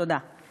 תודה.